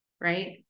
right